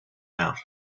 out